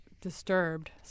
disturbed